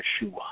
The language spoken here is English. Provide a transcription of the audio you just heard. Yeshua